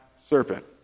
serpent